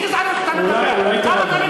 על איזה גזענות אתה מדבר?